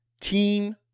team